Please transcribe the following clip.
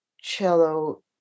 cello